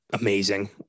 amazing